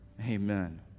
Amen